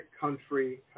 country